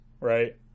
right